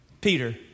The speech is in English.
Peter